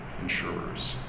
insurers